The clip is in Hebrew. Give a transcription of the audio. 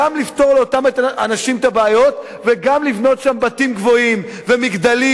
גם לפתור לאותם אנשים את הבעיות וגם לבנות שם בתים גבוהים ומגדלים.